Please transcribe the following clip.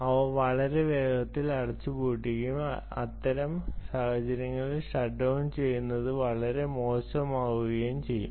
അവ വളരെ വേഗത്തിൽ അടച്ചുപൂട്ടുകയും അത്തരം സാഹചര്യങ്ങളിൽ ഷട്ട്ഡൌൺ ചെയ്യുന്നത് വളരെ മോശമാവുകയും ചെയ്യും